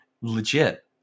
Legit